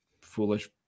foolish